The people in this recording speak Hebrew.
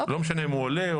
לא משנה אם הוא עולה,